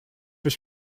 ich